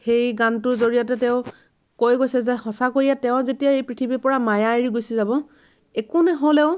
সেই গানটোৰ জৰিয়তে তেওঁ কৈ গৈছে যে সঁচাকৈয়ে তেওঁ যেতিয়া এই পৃথিৱীৰ পৰা মায়া এৰি গুচি যাব একো নহ'লেও